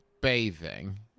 bathing